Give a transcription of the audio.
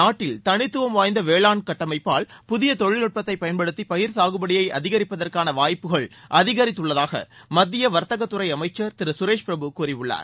நாட்டில் தனித்துவம் வாய்ந்த வேளாண் கட்டமைப்பால் புதிய தொழில்நட்பத்தை பயன்படுத்தி பயிர் சாகுபடியை அதிகரிப்பதற்கான வாய்ப்புகள் அதிகரித்துள்ளதாக மத்திய வர்த்தகத்துறை அமைச்சர் திரு கரேஷ் பிரபு கூறியுள்ளார்